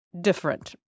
different